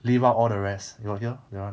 leave out all the rest you got hear that [one]